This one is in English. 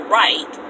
right